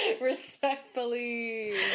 Respectfully